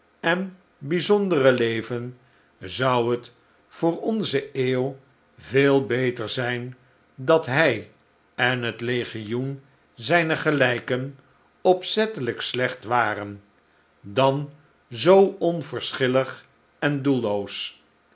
en bijzondere leven zou het voor onze eeuw veel beter zijn dat hij en het legioen zijner gelijken opzettelijk slecht waren dan zoo onverschillig en doelloos